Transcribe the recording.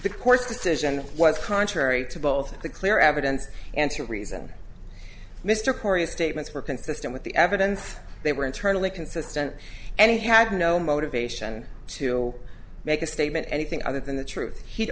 the court's decision was contrary to both the clear evidence and to reason mr correa statements were consistent with the evidence they were internally consistent and he had no motivation to make a statement anything other than the truth he'd